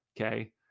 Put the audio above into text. Okay